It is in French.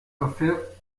offerte